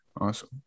Awesome